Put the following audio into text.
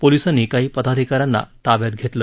पोलिसांनी काही पदाधिका यांना ताब्यात घेतलं